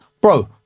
bro